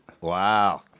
Wow